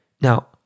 Now